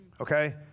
okay